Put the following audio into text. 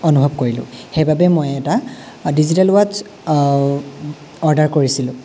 অনুভৱ কৰিলোঁ সেই বাবে মই এটা ডিজিটেল ৱাটচ্ছ অৰ্ডাৰ কৰিছিলোঁ